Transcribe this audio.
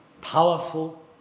powerful